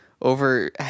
over